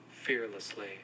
fearlessly